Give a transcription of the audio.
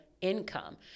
income